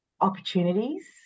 opportunities